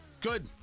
Good